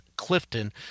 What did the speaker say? Clifton